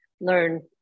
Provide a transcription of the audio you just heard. learn